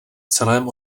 celém